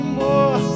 more